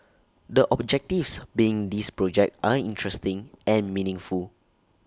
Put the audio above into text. the objectives be in this project are interesting and meaningful